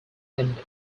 ended